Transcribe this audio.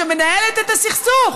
שמנהלת את הסכסוך,